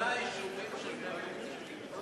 יש שם שמונה יישובים של בני מיעוטים.